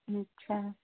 अच्छा